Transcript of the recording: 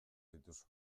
dituzu